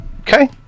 Okay